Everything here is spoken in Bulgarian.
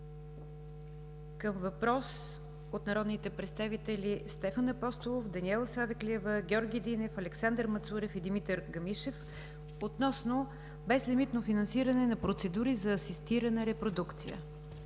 към въпрос от народните представители Стефан Апостолов, Даниела Савеклиева, Георги Динев, Александър Мацурев и Димитър Гамишев относно безлимитно финансиране на процедури за асистирана репродукция.